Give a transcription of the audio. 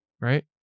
right